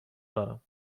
دارم